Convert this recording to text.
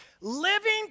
living